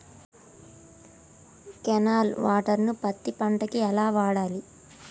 Canal water ను పత్తి పంట కి ఎలా వాడాలి?